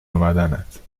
اومدنت